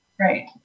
Right